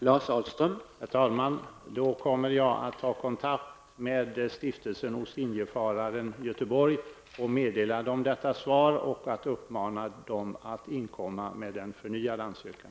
Herr talman! Då kommer jag att ta kontakt med Stiftelsen Ostindienfararen Götheborg och meddela detta svar, samtidigt som jag uppmanar stiftelsen att inkomma med en förnyad ansökan.